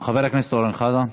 חבר הכנסת אורן חזן.